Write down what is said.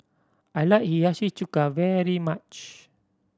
I like Hiyashi Chuka very much